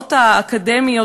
החרמות האקדמיים?